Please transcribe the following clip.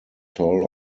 toll